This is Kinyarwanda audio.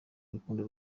urukundo